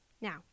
Now